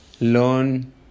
learn